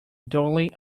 thoroughly